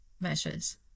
measures